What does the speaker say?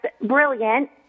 brilliant